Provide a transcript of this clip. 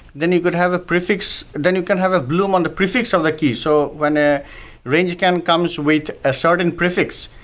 then you could have a prefix then you can have a bloom on the prefix of the key. so when a range scan comes with a certain prefix,